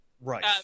Right